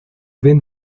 ven